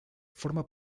forma